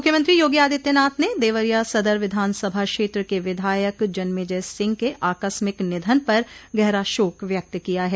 मुख्यमंत्री योगी आदित्यनाथ ने देवरिया सदर विधानसभा क्षेत्र के विधायक जन्मेजय सिंह के आकस्मिक निधन पर गहरा शोक व्यक्त किया है